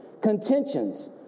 contentions